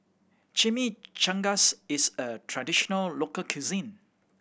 chimichangas is a traditional local cuisine